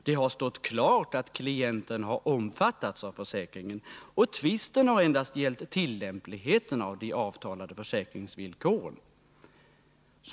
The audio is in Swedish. Det har stått klart att klienten har omfattats av försäkringen, och tvisten har endast gällt tillämpligheten av de avtalade försäkringsvillkoren.